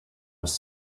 was